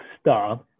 star